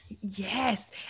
Yes